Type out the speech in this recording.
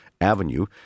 Avenue